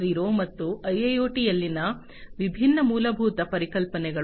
0 ಮತ್ತು ಐಐಒಟಿಯಲ್ಲಿನ ವಿಭಿನ್ನ ಮೂಲಭೂತ ಪರಿಕಲ್ಪನೆಗಳು